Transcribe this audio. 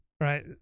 Right